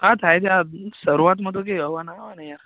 હા થાય છે આ શરૂઆતમાં તો કંઈ હવા ના આવે ને યાર